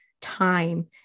time